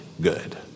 good